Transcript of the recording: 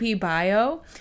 bio